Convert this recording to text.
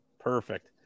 Perfect